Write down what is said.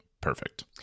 Perfect